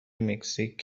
مکزیک